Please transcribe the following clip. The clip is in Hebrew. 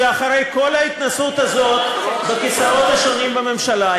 שאחרי כל ההתנסות הזאת בכיסאות השונים בממשלה,